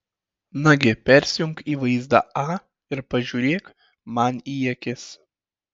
nagi persijunk į vaizdą a ir pažiūrėk man į akis